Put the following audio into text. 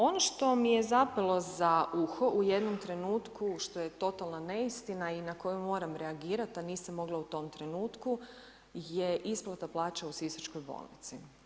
Ono što mi je zapelo za uho u jednom trenutku, što je totalna neistina i na koju moram reagirati, a nisam mogla u tom trenutku je isplata plaća u sisačkoj bolnici.